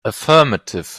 affirmative